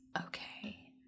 Okay